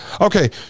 Okay